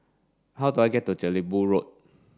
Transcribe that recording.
how do I get to Jelebu Road